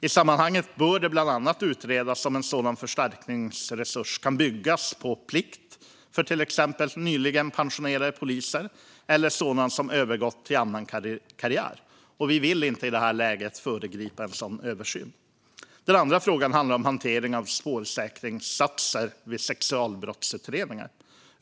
I sammanhanget bör det bland annat utredas om en sådan förstärkningsresurs kan byggas på en plikt för till exempel nyligen pensionerade poliser eller sådana som övergått till annan karriär. Vi vill inte i det här läget föregripa en sådan översyn. Den andra frågan handlar om hantering av spårsäkringssatser vid sexualbrottsutredningar.